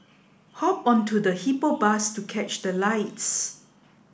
hop onto the Hippo Bus to catch the lights